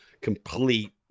complete